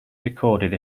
recorded